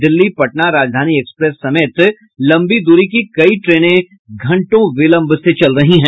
Delhi Patna Rajdhani express समेत लंबी दूरी की कई ट्रेनें घंटों विलंब से चल रही हैं